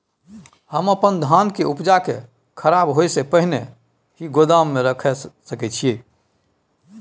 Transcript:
हम अपन धान के उपजा के खराब होय से पहिले ही गोदाम में रख सके छी?